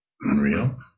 Unreal